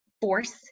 force